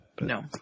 No